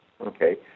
okay